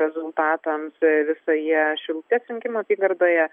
rezultatams visoje šilutės rinkimų apygardoje